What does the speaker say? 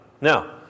Now